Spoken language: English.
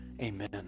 Amen